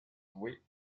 jouées